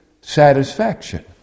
satisfaction